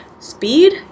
speed